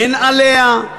אין עליה,